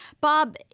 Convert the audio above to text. Bob